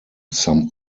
some